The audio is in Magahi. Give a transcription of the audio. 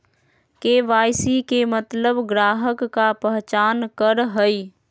के.वाई.सी के मतलब ग्राहक का पहचान करहई?